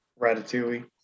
ratatouille